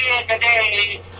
today